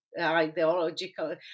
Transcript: ideological